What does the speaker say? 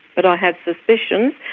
but i have suspicions.